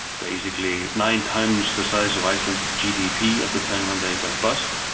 basically nine times the size of iceland's gdp at the time when they went bust.